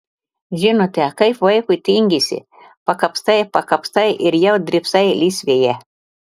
žinote kaip vaikui tingisi pakapstai pakapstai ir jau drybsai lysvėje